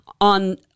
on